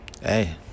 hey